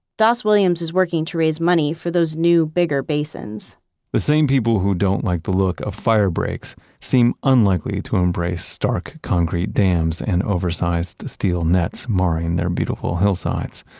das williams is working to raise money for those new, bigger basins the same people who don't like the look of fire breaks seem unlikely to embrace stark concrete dams and oversized steel nets maring their beautiful hillsides.